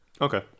Okay